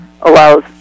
allows